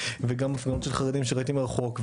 וגם הפגנות של חרדים שראיתי מרחוק,